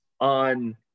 on